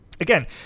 again